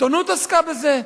העיתונות עסקה בזה,